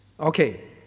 Okay